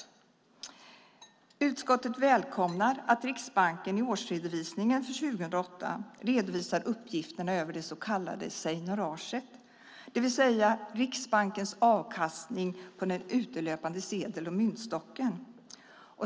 Utskottet välkomnar att Riksbanken i årsredovisningen för 2008 redovisar uppgifterna över det så kallade seignoraget, det vill säga Riksbankens avkastning på den utelöpande sedel och myntstocken.